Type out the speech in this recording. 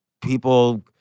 people